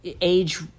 Age